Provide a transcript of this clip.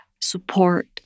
support